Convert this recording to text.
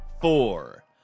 four